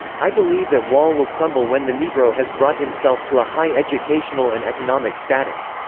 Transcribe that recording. i believe that wall will crumble when the negro has brought himself to a high educational and economic status.